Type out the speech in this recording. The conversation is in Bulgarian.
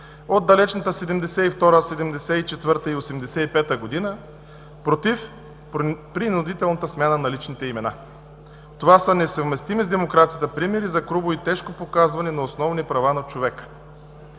от далечните 1972, 1974 и 1985 година – против принудителната смяна на личните имена. Това са несъвместими с демокрацията примери за грубо и тежко погазване на основни права на човека.